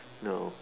no